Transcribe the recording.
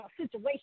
situation